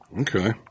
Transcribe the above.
Okay